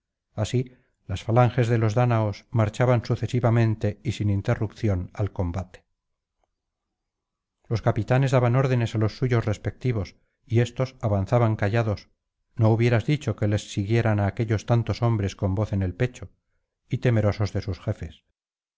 así las falanges de los dáñaos marchaban sucesivamente y sin interrupción al combate los capitanes daban órdenes á los suyos respectivos y éstos avanzaban callados no hubieras dicho que les siguieran á aquéllos tantos hombres con voz en el pecho y temerosos de sus jefes